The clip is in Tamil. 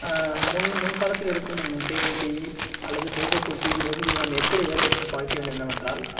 முன் முன்காலத்தில் இருக்கும் கேபிள் டிவி அல்லது செயற்கைக்கோள் டிவியிலிருந்து நான் எப்படி வேறுபடுத்தி பார்க்கிறேன் என்னவென்றால்